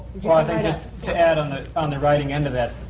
well, just to add, on the on the writing end of that,